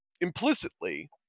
implicitly